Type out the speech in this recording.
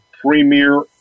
premier